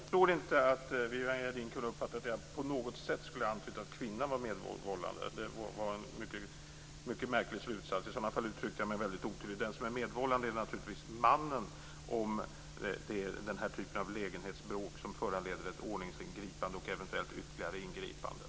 Fru talman! Jag förstår inte hur Viviann Gerdin kunde uppfatta det som att jag på något sätt antytt att kvinnan skulle vara medvållande. Det var en mycket märklig slutsats. I så fall uttryckte jag mig väldigt otydligt. Den som är medvållande är naturligtvis mannen i ett lägenhetsbråk som föranleder ett ordningsingripande och eventuellt ytterligare ingripanden.